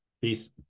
Peace